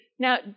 Now